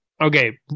Okay